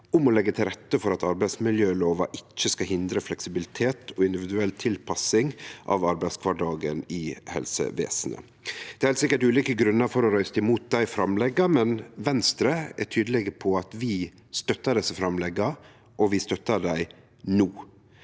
om å leggje til rette for at arbeidsmiljølova ikkje skal hindre fleksibilitet og individuell tilpassing av arbeidskvardagen i helsevesenet. Det er sikkert ulike grunnar for å røyste imot dei framlegga, men Venstre er tydeleg på at vi støttar desse framlegga – og vi støttar dei no.